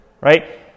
Right